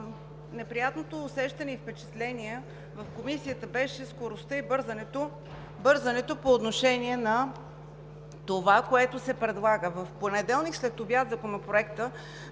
Неприятното усещане и впечатление в Комисията беше скоростта и бързането по отношение на това, което се предлага. В понеделник след обяд Законопроектът